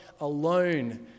alone